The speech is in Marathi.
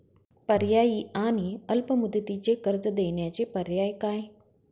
पर्यायी आणि अल्प मुदतीचे कर्ज देण्याचे पर्याय काय?